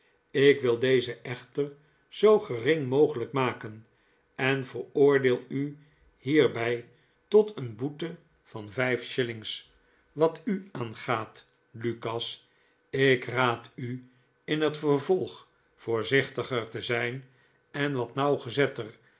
ik wil deze echter zoo gering mogelijk maken en veroordeel u hierbij tot een boete van vh'f shillings wat u aangaat lukas ik raad u in het vervolg voorzichtiger te zijn en wat nauwgezetter